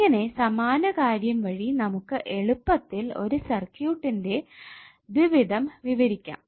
ഇങ്ങനെ സമാന കാര്യം വഴി നമുക്ക് എളുപ്പത്തിൽ ഒരു സർക്യൂട്ടിന്റെ ദ്വിവിധം വിവരിക്കാം